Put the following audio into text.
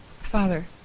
Father